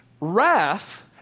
Wrath